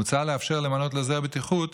מוצע לאפשר למנות לעוזר בטיחות